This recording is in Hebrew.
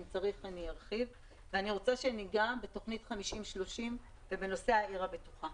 אני רוצה שנגע בתוכנית "50 עד 30" ובנושא העיר הבטוחה.